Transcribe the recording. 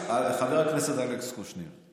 חבר הכנסת אלכס קושניר,